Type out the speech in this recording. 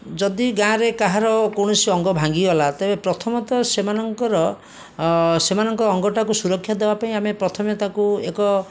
ଯଦି ଗାଁରେ କାହାର କୌଣସି ଅଙ୍ଗ ଭାଙ୍ଗି ଗଲା ତେବେ ପ୍ରଥମତଃ ସେମାନଙ୍କର ସେମାନଙ୍କ ଅଙ୍ଗଟାକୁ ସୁରକ୍ଷା ଦବାପାଇଁ ଆମେ ପ୍ରଥମେ ତାକୁ ଏକ